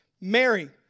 Mary